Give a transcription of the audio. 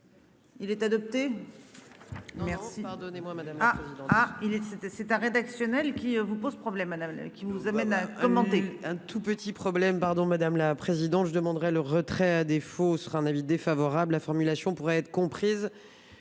Il est adopté. Merci, pardonnez-moi madame mardi art il était c'était c'est rédactionnelle qui vous pose problème à la qui nous amène à commenter. Tout petit problème Pardon, madame la présidente, je demanderai le retrait à défaut sera un avis défavorable formulation pourrait être comprise.